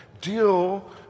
deal